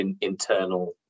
internal